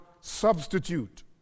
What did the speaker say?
substitute